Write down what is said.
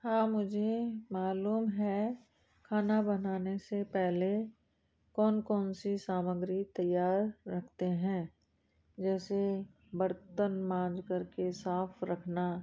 हाँ मुझे मालूम है खाना बनाने से पहले कौन कौन सी सामग्री तैयार रखते हैं जैसे बर्तन मांज करके साफ़ रखना